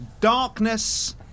Darkness